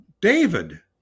david